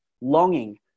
longing